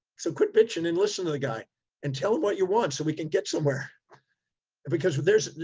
so quit bitching and listen to the guy and tell him what you want so we can get somewhere because there's,